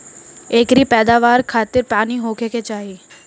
एकरी पैदवार खातिर पानी होखे के चाही